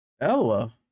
Ella